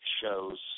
shows